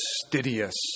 fastidious